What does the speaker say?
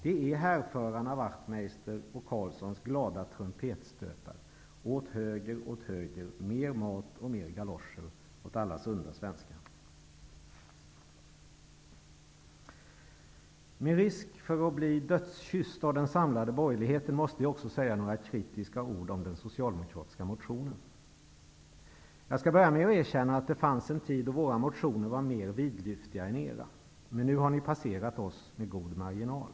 Det är härförarna åt höger, åt höger, mer mat och mer galoscher åt alla sunda svenskar. Med risk för att bli dödskysst av den samlade borgerligheten måste jag också säga några kritiska ord om den socialdemokratiska motionen. Jag skall börja med att erkänna att det fanns en tid då våra motioner var mer vidlyftiga än era. Men nu har ni passerat oss med god marginal.